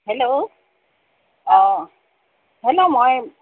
hello অ hello মই